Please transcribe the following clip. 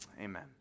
Amen